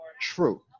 true